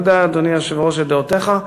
אני יודע, אדוני היושב-ראש, את דעותיך,